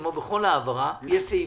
כמו בכל העברה, יש סעיפים